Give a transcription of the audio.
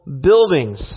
buildings